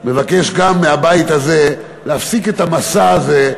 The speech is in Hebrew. אני מבקש גם מהבית הזה להפסיק את המסע הזה,